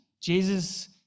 Jesus